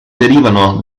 derivano